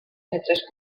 metres